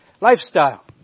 Lifestyle